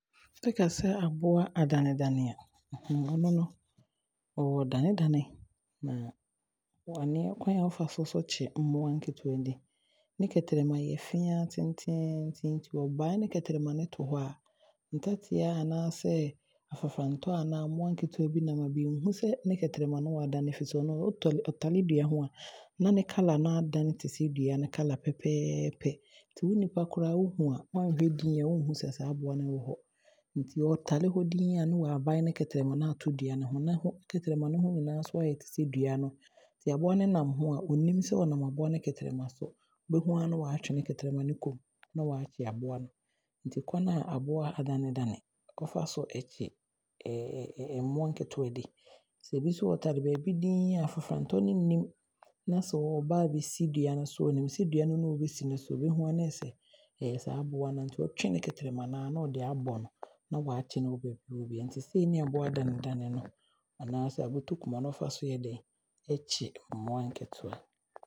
Amankomawuo, kwane a ɔfa so kye aboa ne sɛ, ɔtare dua ho a, nkanka dua a nkakapɛ ɛwɔ so no, ɔtwe ne kɛtrɛma no, na ɔde aato hɔ, nti aboa no nnim sɛ, aboa no a ɔɔba no nnim sɛ amankomawuo kɛtrɛma na ɛda hɔ, nti ɔbɔka aakɔfa so, nti ɔkɔfa so aa na waatwe ne kɛtrɛma no kɔ. Ne sɛ ɔɔkye afrafrantɔ nso a ɔtwe be kɛtrɛma no a ɔto na waasɔ afrafrantɔ no mu na ɔde naahyɛ n’anom saa na amankomawuo ɔkye mmoa.